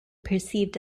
perceived